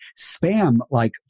spam-like